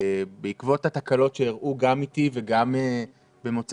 בעקבות התקלות שאירעו גם איתי וגם במוצאי